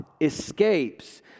escapes